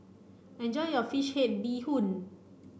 enjoy your fish head bee hoon